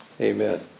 Amen